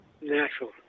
natural